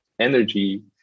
energy